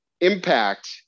impact